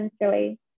essentially